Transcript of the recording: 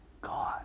God